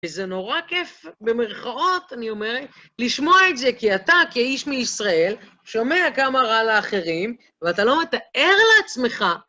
וזה נורא כיף, במירכאות, אני אומרת, לשמוע את זה, כי אתה, כאיש מישראל, שומע כמה רע לאחרים, ואתה לא מתאר לעצמך.